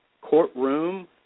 courtroom